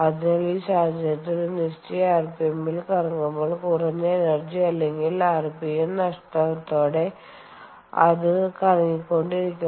അതിനാൽ ഈ സാഹചര്യത്തിൽ ഒരു നിശ്ചിത rpm ൽ കറങ്ങുമ്പോൾ കുറഞ്ഞ എനർജി അല്ലെങ്കിൽ ർപിഎം നഷ്ടത്തോടെ അത് കറങ്ങിക്കൊണ്ടിരിക്കും